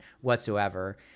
whatsoever